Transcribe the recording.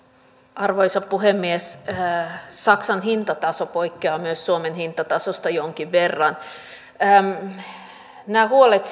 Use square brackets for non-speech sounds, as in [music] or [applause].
arvoisa puhemies saksan hintataso poikkeaa myös suomen hintatasosta jonkin verran nämä huolet [unintelligible]